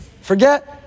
forget